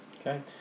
Okay